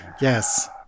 Yes